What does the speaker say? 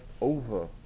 over